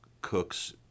cook's